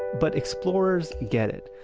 but explorers get it.